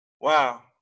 wow